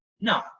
no